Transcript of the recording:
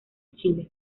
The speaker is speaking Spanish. chile